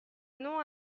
non